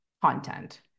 content